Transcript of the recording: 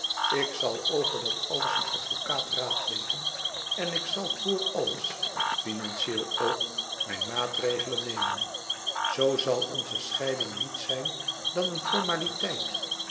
ik zal over dat alles een advocaat raadplegen en ik zal voor alles finantieel ook mijn maatregelen nemen zoo zal onze scheiding niets zijn dan een formaliteit